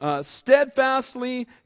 Steadfastly